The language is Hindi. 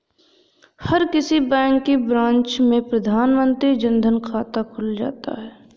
हर किसी बैंक की ब्रांच में प्रधानमंत्री जन धन खाता खुल जाता है